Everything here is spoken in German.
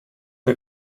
der